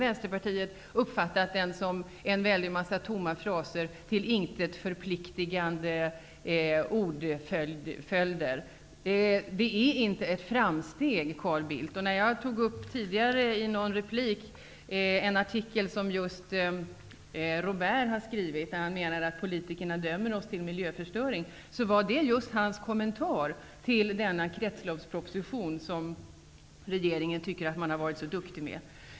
Vänsterpartiet, uppfattat den som en väldig massa tomma fraser med till intet förpliktande ordföljder. Det här är inte ett framsteg, Carl Bildt. Jag har tidigare i en replik tagit upp en artikel av Robèrt. Han menar att politikerna dömer människorna till miljöförstöring. Det var hans kommentar till denna kretsloppsproposition som regeringen tycker att man har varit så duktig med.